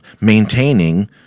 maintaining